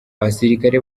abasirikare